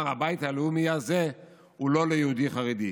שהבית הלאומי הזה הוא לא ליהודי חרדי,